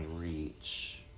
reach